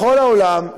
בכל העולם,